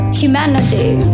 humanity